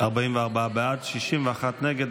44 בעד, 61 נגד.